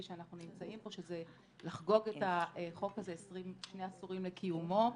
שאנחנו נמצאים בו שזה לחגוג את החוק הזה שני עשורים לקיומו.